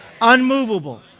unmovable